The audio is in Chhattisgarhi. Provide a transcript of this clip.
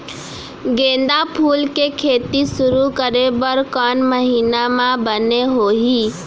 गेंदा फूल के खेती शुरू करे बर कौन महीना मा बने होही?